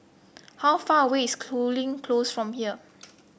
how far away is Cooling Close from here